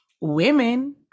Women